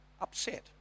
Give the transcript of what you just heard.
upset